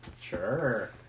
Sure